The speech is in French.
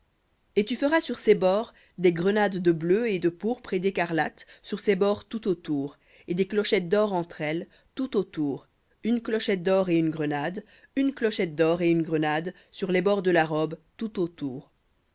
et tu feras sur ses bords des grenades de bleu et de pourpre et d'écarlate sur ses bords tout autour et des clochettes d'or entre elles tout autour une clochette d'or et une grenade une clochette d'or et une grenade sur les bords de la robe tout autour